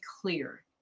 clear